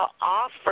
offer